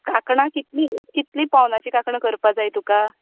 कांकणां कितलीं कितलीं पोवनाचीं कांकणां करपाक जाय तुका